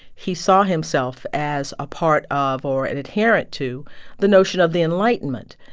he saw himself as a part of or an adherent to the notion of the enlightenment.